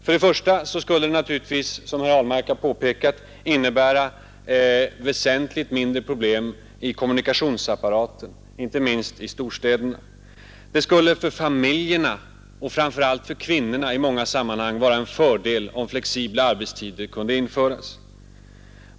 Först och främst skulle den naturligtvis, som herr Ahlmark har påpekat, innebära väsentligt mindre problem i kommunikationsapparaten, inte minst i storstäderna. Det skulle för familjerna och framför allt för kvinnorna i många sammanhang vara en fördel om flexibel arbetstid kunde införas.